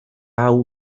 hau